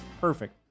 Perfect